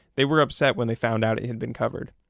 they were upset when they found out it had been covered.